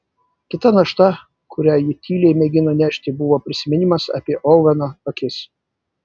kita našta kurią ji tyliai mėgino nešti buvo prisiminimas apie oveno akis